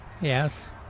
Yes